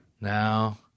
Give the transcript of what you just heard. now